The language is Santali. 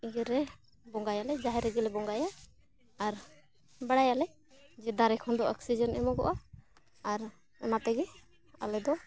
ᱤᱭᱟᱹᱨᱮ ᱵᱚᱸᱜᱟᱭᱟᱞᱮ ᱡᱟᱦᱮᱨ ᱨᱮᱜᱮᱞᱮ ᱵᱚᱸᱜᱟᱭᱟ ᱟᱨ ᱵᱟᱲᱟᱭᱟᱞᱮ ᱡᱮ ᱫᱟᱨᱮ ᱠᱷᱚᱱ ᱫᱚ ᱚᱠᱥᱤᱡᱮᱱ ᱮᱢᱚᱜᱚᱜᱼᱟ ᱟᱨ ᱚᱱᱟ ᱛᱮᱜᱮ ᱟᱞᱮ ᱫᱚ